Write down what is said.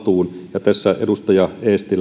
haltuun tässä edustaja